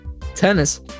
tennis